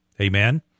Amen